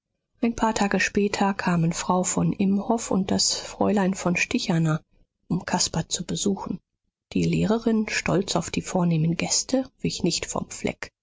ein paar tage später kamen frau von imhoff und das fräulein von stichaner um caspar zu besuchen die lehrerin stolz auf die vornehmen gäste wich nicht vom fleck